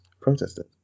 protesters